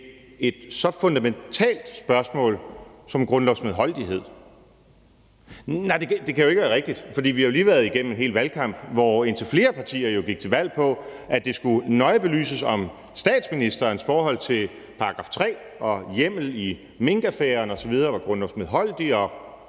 et så fundamentalt spørgsmål som grundlovsmedholdelighed? Nej, det kan jo ikke være rigtigt, for vi har jo lige været igennem en hel valgkamp, hvor indtil flere partier gik til valg på, at det skulle nøje belyses, om statsministerens forhold til § 3 og hjemmel i minkaffæren osv. var grundlovsmedholdelig, og